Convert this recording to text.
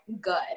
good